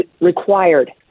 required